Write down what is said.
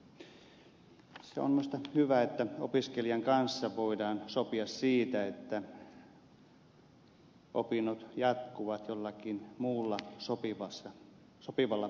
se on minusta hyvä että opiskelijan kanssa voidaan sopia siitä että opinnot jatkuvat jollakin muulla sopivalla koulutusalalla